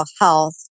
health